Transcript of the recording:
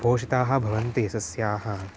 पोषितानि भवन्ति सस्यानि